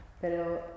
pero